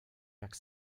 jak